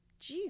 jeez